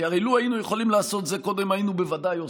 כי הרי לו היינו יכולים לעשות את זה קודם היינו בוודאי עושים,